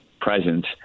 presence